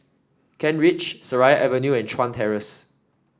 Kent Ridge Seraya Avenue and Chuan Terrace